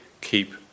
keep